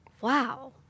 Wow